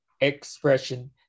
expression